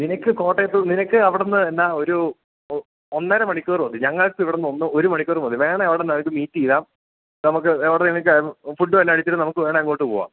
നിനക്ക് കോട്ടയത്തുനിന്ന് നിനക്ക് അവിടെനിന്ന് എന്താണ് ഒരു ഒന്നരമണിക്കൂർ മതി ഞങ്ങള്ക്ക് ഇവിടെനിന്ന് ഒന്ന് ഒരു മണിക്കൂർ മതി വേണമെങ്കില് അവിടെനിന്ന് അടുത്ത് മീറ്റ് ചെയ്യാം നമുക്ക് എവിടെ നിന്നെങ്കിലും നമുക്ക് ഫുഡ് വല്ലതും അടിച്ചിട്ട് നമുക്ക് വേണമെങ്കില് അങ്ങോട്ട് പോകാം